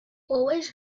always